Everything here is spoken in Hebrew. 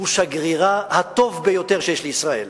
הוא שגרירה הטוב ביותר של ישראל.